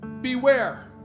beware